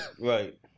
right